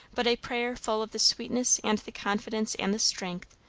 but a prayer full of the sweetness and the confidence and the strength,